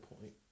point